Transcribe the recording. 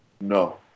No